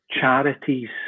charities